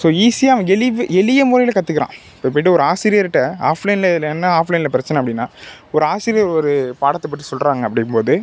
so ஈஸியாக அவன் எளிவு எளிய முறையில் கற்றுக்குறான் இப்போ போயிட்டு ஆசிரியர்கிட்ட ஆஃப்லைனில் இது என்ன ஆஃப்லைனில் பிரச்சனை அப்படின்னா ஒரு ஆசிரியர் ஒரு பாடத்தை பற்றி சொல்கிறாங்க அப்படினும் போது